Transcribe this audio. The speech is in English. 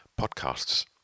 podcasts